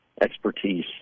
expertise